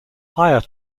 higher